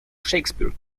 shakespeare